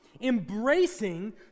embracing